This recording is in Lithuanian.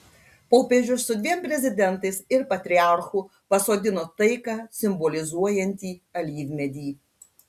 popiežius su dviem prezidentais ir patriarchu pasodino taiką simbolizuojantį alyvmedį